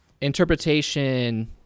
interpretation